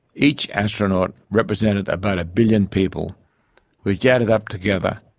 each astronaut represented about a billion people which, added up together,